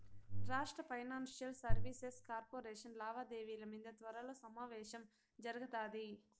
రాష్ట్ర financial services corporation లావాదేవిల మింద త్వరలో సమావేశం జరగతాది